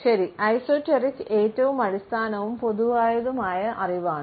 ശരി എസോട്ടെറിക് ഏറ്റവും അടിസ്ഥാനവും പൊതുവായതുമായ അറിവാണ്